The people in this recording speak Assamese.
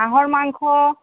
হাঁহৰ মাংস